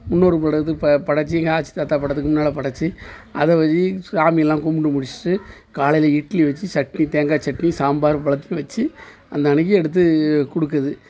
முன்னோர்கள் படத்துக்கு ப படைச்சு எங்கள் ஆச்சி தாத்தா படத்துக்கு முன்னால் படைச்சு அதை வச்சு சாமியெல்லாம் கும்பிட்டு முடிச்சிவிட்டு காலையில் இட்லி வச்சு சட்னி தேங்காய் சட்னி சாம்பார் இவ்ளோத்தையும் வச்சு அன்னன்னைக்கு எடுத்து கொடுக்குறது